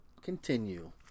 continue